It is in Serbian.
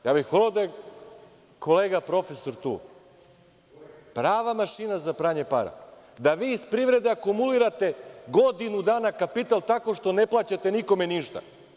Voleo bih da je kolega profesor tu, prava mašina za pranje para, da vi iz privrede akumulirate godinu dana kapital, tako što ne plaćate nikome ništa.